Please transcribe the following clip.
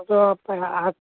সেইটো আহাত